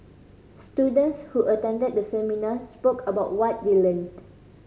students who attended the seminar spoke about what they learned